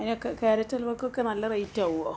അതിനൊക്കെ കാരറ്റ് ഹലുവക്കൊക്കെ നല്ല റേറ്റാവുമോ